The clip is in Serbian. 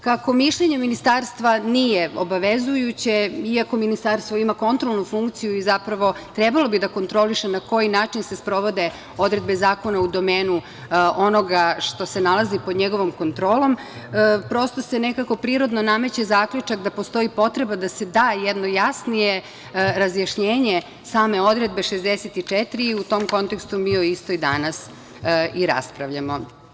Kako mišljenje ministarstva nije obavezujuće, iako ministarstvo ima kontrolnu funkciju i zapravo bi trebalo da kontroliše na koji način se sprovode odredbe Zakona u domenu onoga što se nalazi pod njegovom kontrolom, prosto se nekako prirodno nameće zaključak da postoji potreba da se da jedno jasnije razjašnjenje same odredbe 64. i u tom kontekstu mi o istoj danas i raspravljamo.